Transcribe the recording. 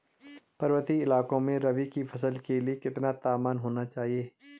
पर्वतीय इलाकों में रबी की फसल के लिए कितना तापमान होना चाहिए?